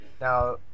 Now